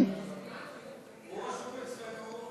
רשום אצלנו,